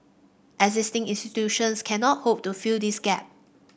existing institutions cannot hope to fill this gap